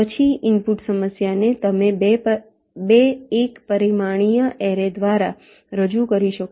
પછી ઇનપુટ સમસ્યા ને તમે 2 એક પરિમાણીય એરે દ્વારા રજૂ કરી શકો છો